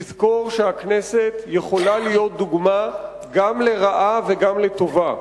לזכור שהכנסת יכולה להיות דוגמה גם לרעה וגם לטובה.